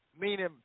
Meaning